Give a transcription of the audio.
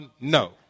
No